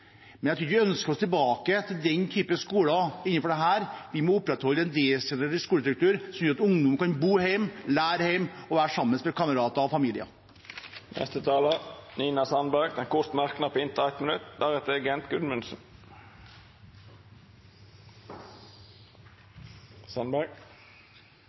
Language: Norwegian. Jeg tror ikke vi ønsker oss tilbake til den typen skoler. Vi må opprettholde en desentralisert skolestruktur, som gjør at ungdom kan bo hjemme, lære hjemme og være sammen med kamerater og familien. Representanten Nina Sandberg har hatt ordet to gonger tidlegare og får ordet til ein kort merknad, avgrensa til 1 minutt.